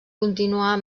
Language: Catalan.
continuar